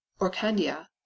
orkandia